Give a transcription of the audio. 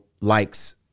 likes